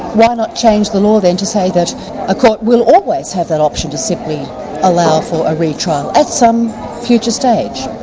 why not change the law then to say that a court will always have that option to simply allow for a re-trial, at some future stage?